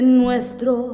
nuestro